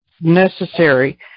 necessary